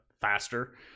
faster